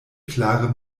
klare